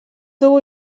dugu